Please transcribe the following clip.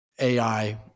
AI